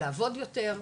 לעבוד יותר,